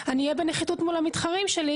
אני אהיה בנחיתות מול המתחרים שלי,